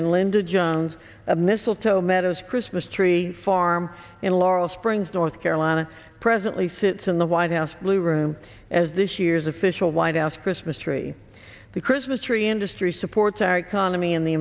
and linda jones a mistletoe meadows christmas tree farm in laurel springs north carolina presently fits in the white house blue room as this year's official white house christmas tree the christmas tree industry supports our economy and the